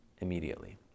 immediately